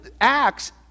Acts